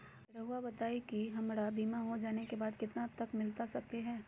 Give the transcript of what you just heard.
रहुआ बताइए कि हमारा बीमा हो जाने के बाद कितना तक मिलता सके ला?